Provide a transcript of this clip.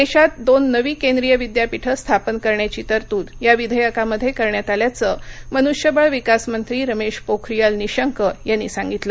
देशात दोन नवी केंद्रीय विद्यापीठं स्थापन करण्याची तरतूद या विधेयकामध्ये करण्यात आल्याचं मनुष्यबळ विकास मंत्री रमेश पोखरियाल निशंक यांनी सांगितलं